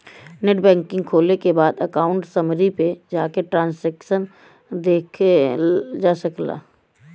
net banking खोले के बाद अकाउंट समरी पे जाके ट्रांसैक्शन देखल जा सकला